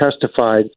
testified